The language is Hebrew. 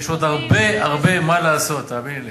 יש עוד הרבה הרבה מה לעשות, תאמיני לי.